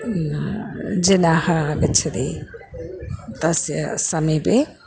न जनाः आगच्छति तस्य समीपे